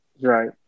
right